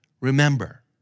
Remember